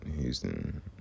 Houston